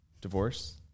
Divorce